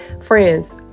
Friends